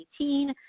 2018